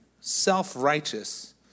self-righteous